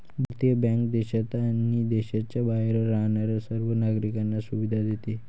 भारतीय बँक देशात आणि देशाच्या बाहेर राहणाऱ्या सर्व नागरिकांना सुविधा देते